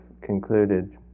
concluded